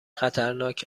خطرناک